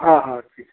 हाँ हाँ ठीक है